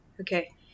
Okay